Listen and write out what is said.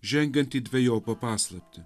žengiant į dvejopą paslaptį